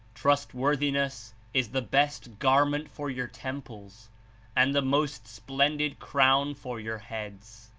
trustworthiness is the best garment for your tem ples and the most splendid crown for your heads.